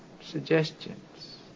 suggestions